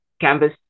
canvas